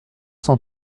cent